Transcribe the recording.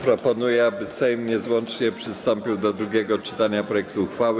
Proponuję, aby Sejm niezwłocznie przystąpił do drugiego czytania projektu uchwały.